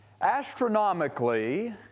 astronomically